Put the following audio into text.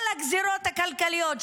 כל הגזרות הכלכליות,